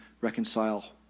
reconcile